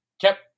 Kept –